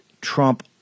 Trump